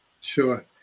sure